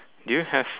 do you have